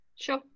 sure